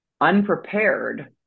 unprepared